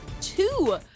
two